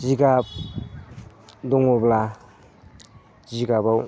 जिगाब दङब्ला जिगाबाव